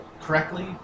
correctly